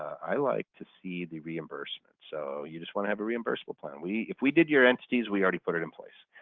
i like to see the reimbursement. so you just want to have a reimbursable plan. if we did your entities, we already put it in place.